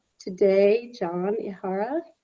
today. john ehara